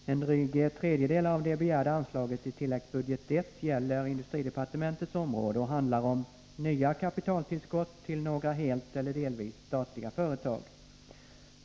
Herr talman! En dryg tredjedel av det begärda anslaget i tilläggsbudget I gäller industridepartementets område och handlar om nya kapitaltillskott till några helt eller delvis statliga företag.